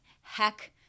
heck